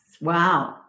Wow